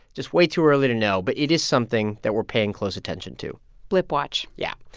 just way too early to know. but it is something that we're paying close attention to blip watch yeah.